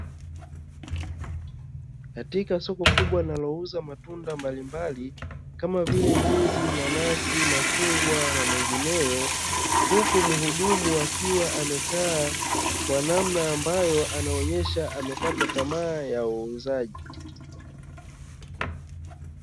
Katika soko kubwa linalouza matunda mbalimbali kama vile ndizi, nanasi nanasi, machungwa na mengineyo huku muhudumu akiwa amekaa kwa namna ambayo anaonesha amekata tamaa ya uuzaji.